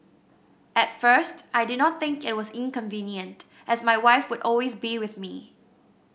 at first I did not think it was inconvenient as my wife would always be with me